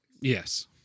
Yes